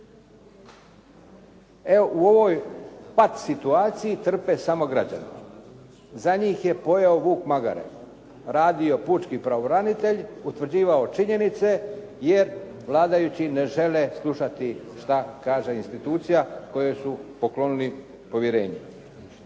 U ovoj pak situaciji trpe samo građani. Za njih je pojeo vuk magare. Radio pučki pravobranitelj, utvrđivao činjenice jer vladajući ne žele slušati šta kaže institucija kojoj su poklonili povjerenje.